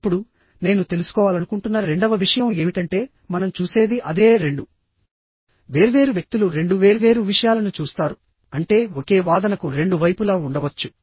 ఇప్పుడు నేను తెలుసుకోవాలనుకుంటున్న రెండవ విషయం ఏమిటంటే మనం చూసేది అదే రెండు వేర్వేరు వ్యక్తులు రెండు వేర్వేరు విషయాలను చూస్తారు అంటే ఒకే వాదనకు రెండు వైపులా ఉండవచ్చు